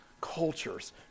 cultures